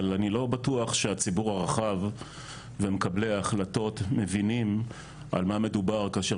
אבל אני לא בטוח שהציבור הרחב ומקבלי ההחלטות מבינים על מה מדובר כאשר